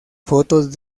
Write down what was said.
fotos